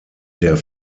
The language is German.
der